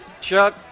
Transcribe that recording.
Chuck